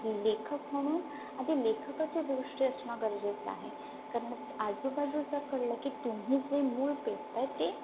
लेखक म्हणून आधी लेखकाची दृष्टी असणं गरजेचं आहे कारण आजूबाजूचा कळलं की तुम्ही जे मूळ पेरत आहे ते